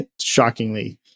shockingly